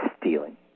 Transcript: stealing